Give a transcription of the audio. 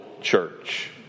church